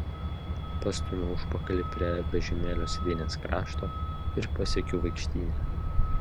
pastumiu užpakalį prie vežimėlio sėdynės krašto ir pasiekiu vaikštynę